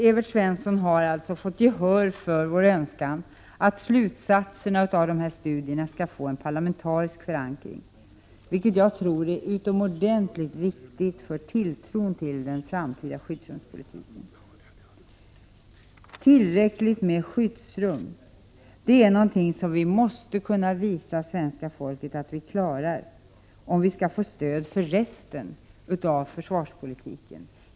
Evert Svensson och jag har alltså fått gehör för vår önskan att slutsatserna av dessa studier skall få en parlamentarisk förankring, vilket jag tror är utomordentligt viktigt för tilltron till den framtida skyddsrumspolitiken. Tillräckligt med skyddsrum är något som vi måste kunna visa svenska folket att vi klarar, om vi skall få stöd för resten av försvarspolitiken.